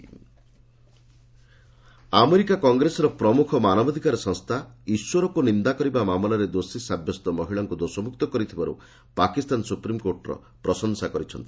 US ପାକ୍ ଜେସ୍ America କଂଗ୍ରେସର ପ୍ରମୁଖ ମାନବାଧିକାର ସଂସ୍ଥା ଇଶ୍ୱରଙ୍କୁ ନିନ୍ଦା କରିବା ମାମଲାରେ ଦୋଷୀ ସାବ୍ୟସ୍ତ ମହିଳାକୁ ଦୋଷମୁକ୍ତ କରିଥିବାରୁ ପାକିସ୍ତାନ ସୁପ୍ରିମ୍କୋର୍ଟର ପ୍ରଶଂସା କରିଛନ୍ତି